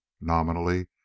nominally